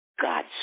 God